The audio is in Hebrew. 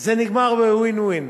וזה נגמר ב-win-win.